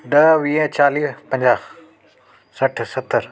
ॾह वीह चालीह पंजाहु सठ सतर